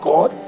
God